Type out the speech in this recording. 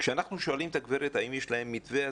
כשאנחנו שואלים את הגברת האם יש להם מתווה,